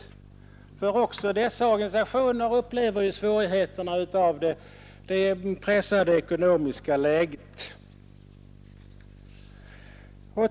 83 Också dessa organisationer upplever ju svårigheterna av det pressade ekonomiska läget.